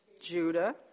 judah